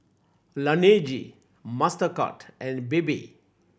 Laneige Mastercard and Bebe